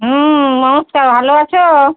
হুম নমস্কার ভালো আছো